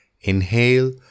Inhale